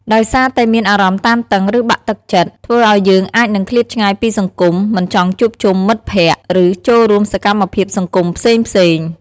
ដោយសារតែមានអារម្មណ៍តានតឹង ឬបាក់ទឹកចិត្ត ធ្វើអោយយើងអាចនឹងឃ្លាតឆ្ងាយពីសង្គម មិនចង់ជួបជុំមិត្តភក្តិ ឬចូលរួមសកម្មភាពសង្គមផ្សេងៗ។